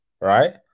right